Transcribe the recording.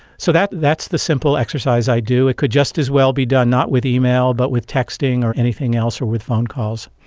so that's that's the simple exercise i do. it could just as well be done not with email but with texting or anything else or with phone calls.